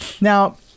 now